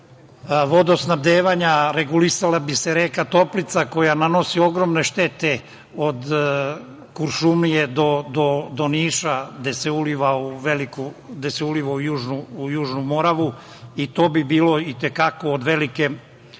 vodosnabdevanja, regulisala bi se reka Toplica, koja nanosi ogromne štete od Kuršumlije do Niša, gde se uliva u Južnu Moravu i to bi bilo od velike